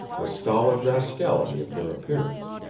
the stolid rascality of their appearance.